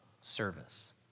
service